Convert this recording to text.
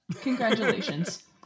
Congratulations